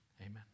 Amen